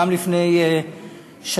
גם לפני שנים,